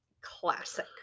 Classic